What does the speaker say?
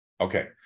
Okay